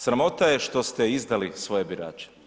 Sramota je što ste izdali svoje birače.